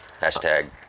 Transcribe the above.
Hashtag